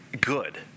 Good